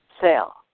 sale